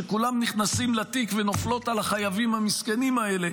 שכולם נכנסים לתיק ונופלים על החייבים המסכנים האלה,